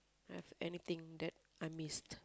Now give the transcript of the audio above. have anything that I miss